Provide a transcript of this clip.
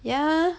ya